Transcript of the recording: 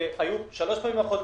היו שלוש פעמים מערכות בחירות,